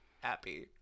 happy